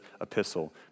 epistle